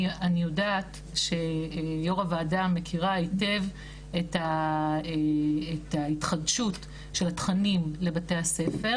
אני יודעת שיו"ר הוועדה מכירה היטב את התחדשות של התכנים לבתי הספר